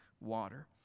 water